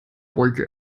wollte